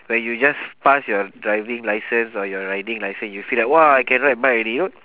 when you just pass your driving license or your riding license you feel like !wah! I can ride bike already !woo!